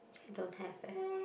don't have eh